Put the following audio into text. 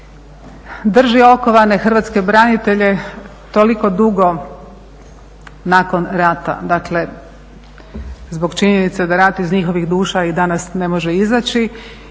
drži okovane hrvatske branitelje toliko dugo nakon rata, dakle zbog činjenice da rat iz njihovih duša i danas ne može izaći